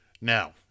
now